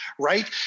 right